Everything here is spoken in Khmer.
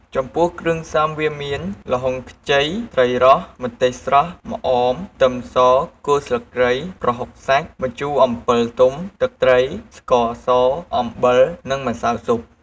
ចំពោះគ្រឿងផ្សំវាមាន ល្ហុងខ្ចី ត្រីរស់ ម្ទេសស្រស់ ម្អម ខ្ទឹមស ស្លឹកគ្រៃ ប្រហុកសាច់ ម្ជួអម្ពិលទុំ ទឹកត្រី ស្ករស អំបិល និងម្សៅស៊ុប។